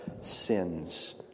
sins